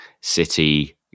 City